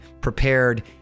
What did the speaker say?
prepared